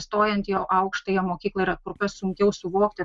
stojant į aukštąją mokyklą yra kur kas sunkiau suvokti